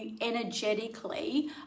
energetically